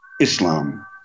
Islam